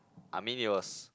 I mean it was